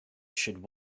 should